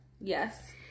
Yes